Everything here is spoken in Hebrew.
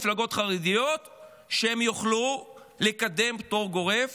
מפלגות חרדיות שיוכלו לקדם פטור גורף